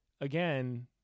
again